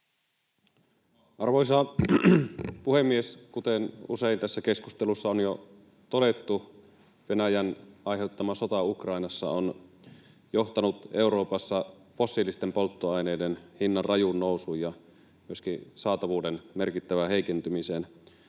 Arvoisa puhemies! Kuten usein tässä keskustelussa on jo todettu, Venäjän aiheuttama sota Ukrainassa on johtanut Euroopassa fossiilisten polttoaineiden hinnan rajuun nousuun ja myöskin saatavuuden merkittävään heikentymiseen.